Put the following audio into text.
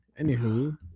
Anywho